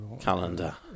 calendar